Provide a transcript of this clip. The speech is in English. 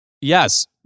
Yes